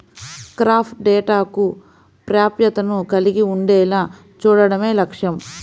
crop డేటాకు ప్రాప్యతను కలిగి ఉండేలా చూడడమే లక్ష్యం